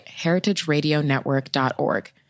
heritageradionetwork.org